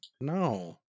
No